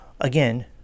Again